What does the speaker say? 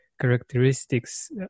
characteristics